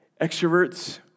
Extroverts